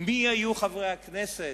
מי היו חברי הכנסת.